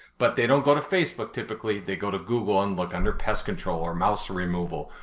but they don't go to facebook, typically, they go to google and look under pest control or mouse ah removal,